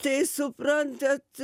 tai suprantat